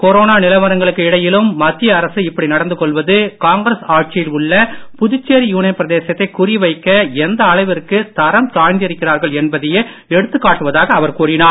corona நிலவரங்களுக்கு இடையிலும் மத்திய அரசு இப்படி நடந்து கொள்வது காங்கிரஸ் ஆட்சியில் உள்ள புதுச்சேரி யூனியன் பிரதேசத்தை குறி வைக்க எந்த அளவிற்கு தரம் தாழ்ந்திருக்கிறார்கள் என்பதையே எடுத்துக் காட்டுவதாக அவர் கூறினார்